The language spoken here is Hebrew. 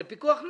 זה פיקוח נפש.